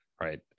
right